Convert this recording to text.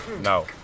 No